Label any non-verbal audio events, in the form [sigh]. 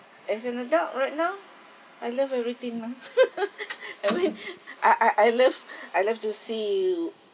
as an adult right now I love everything lah [laughs] I mean [breath] I I I love I love to see